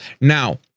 Now